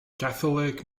catholic